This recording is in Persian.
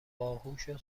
باهوشو